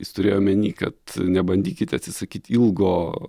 jis turėjo omeny kad nebandykite atsisakyti ilgo